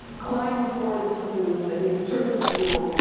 klein reported some news that he returned to school,